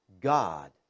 God